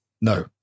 No